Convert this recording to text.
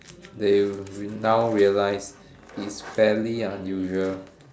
that you now realise it's fairly unusual